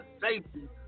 safety